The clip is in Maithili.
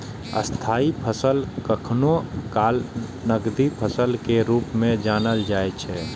स्थायी फसल कखनो काल नकदी फसल के रूप मे जानल जाइ छै